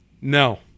No